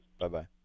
Bye-bye